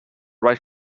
right